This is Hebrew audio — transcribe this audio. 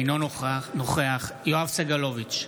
אינו נוכח יואב סגלוביץ'